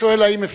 האם זה נכון?